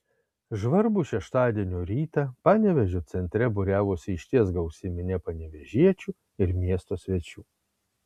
žvarbų šeštadienio rytą panevėžio centre būriavosi išties gausi minia panevėžiečių ir miesto svečių